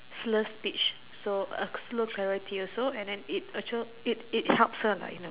slur speech so a slow character also and then it actual it it helps her like in a